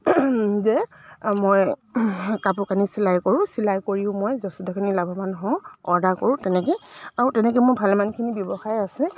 যে মই কাপোৰ কানি চিলাই কৰোঁ চিলাই কৰিও মই যথেষ্টখিনি লাভৱান হওঁ অৰ্ডাৰ কৰোঁ তেনেকৈ আৰু তেনেকৈ মোৰ ভালেমানখিনি ব্যৱসায় আছে